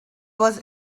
was